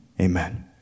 Amen